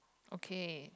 okay